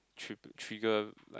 should trigger like